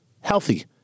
healthy